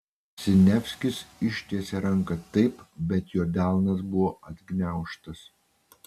siniavskis ištiesė ranką taip bet jo delnas buvo atgniaužtas